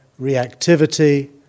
reactivity